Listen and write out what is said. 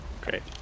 Great